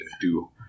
do-